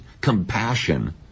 compassion